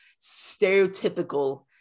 stereotypical